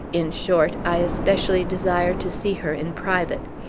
in short, i especially desire to see her in private.